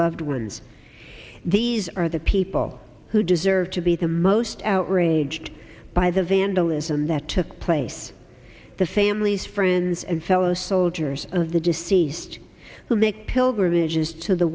loved ones these are the people who deserve to be the most outraged by the vandalism that took place the families friends and fellow soldiers of the deceased who make pilgrimages to the